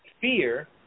fear